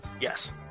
Yes